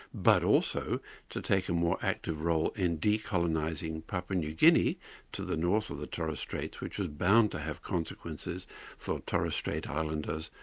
but also to take a more active role in decolonising papua new guinea to the north of the torres straits, which was bound to have consequences for torres strait islanders,